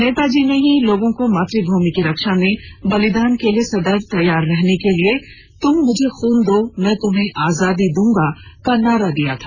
नेताजी ने ही लोगों को मातुभूमि की रक्षा में बलिदान के लिए सदैव तैयार रहने के लिए तुम मुझे खून दो मैं तुम्हें आजादी दूंगा का नारा दिया था